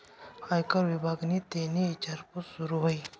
आयकर विभागनि तेनी ईचारपूस सूरू कई